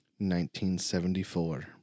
1974